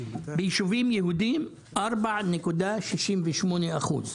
ביישובים יהודיים 4.68 אחוז,